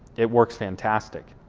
it works fantastic.